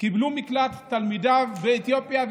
קיבלו מקלט תלמידיו באתיופיה,